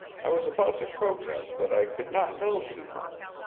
i was about to protest that i could not know too much,